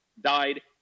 died